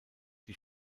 die